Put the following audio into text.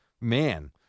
Man